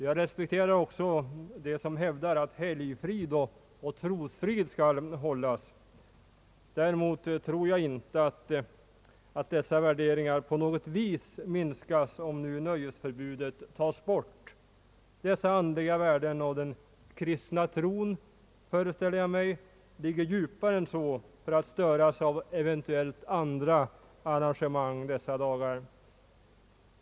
Jag respekterar också dem som hävdar att helgfrid och trosfrid skall upprätthållas. Däremot tror jag inte att helgdagarnas värde på något sätt minskas om nöjesförbudet tas bort. Jag föreställer mig att andliga värden och den kristna tron är så djupt förankrade att de inte störs av eventuella andra arrangemang dessa dagar.